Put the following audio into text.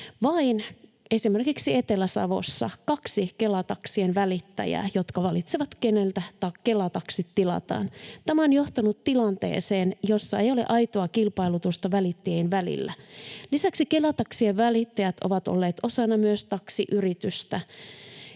esimerkiksi Etelä-Savossa, vain kaksi Kela-taksien välittäjää, jotka valitsevat, keneltä Kela-taksi tilataan. Tämä on johtanut tilanteeseen, jossa ei ole aitoa kilpailutusta välittäjien välillä. Lisäksi Kela-taksien välittäjät ovat olleet osana myös taksiyritystä,